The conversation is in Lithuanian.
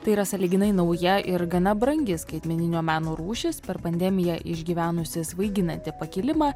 tai yra sąlyginai nauja ir gana brangi skaitmeninio meno rūšis per pandemiją išgyvenusi svaiginantį pakilimą